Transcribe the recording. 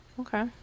Okay